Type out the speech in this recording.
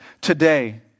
today